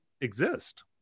exist